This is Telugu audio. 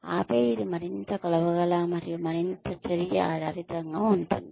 ఆపై ఇది మరింత కొలవగల మరియు మరింత చర్య ఆధారితంగా ఉంటుంది